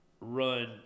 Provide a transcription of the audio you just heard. run –